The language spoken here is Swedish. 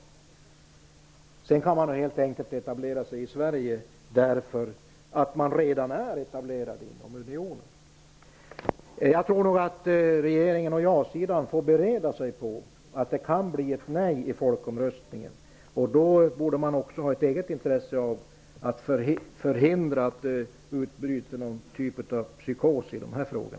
Företag kan etablera sig i Sverige helt enkelt därför att de redan är etablerade inom unionen. Jag tror nog att regeringen och ja-sidan får bereda sig på att det kan bli ett nej i folkomröstningen, och då borde man också ha ett eget intresse av att förhindra att det utbryter någon typ av psykos i dessa frågor.